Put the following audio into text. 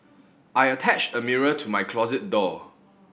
I attached a mirror to my closet door